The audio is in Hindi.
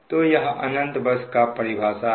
तो यह अनंत बस का परिभाषा है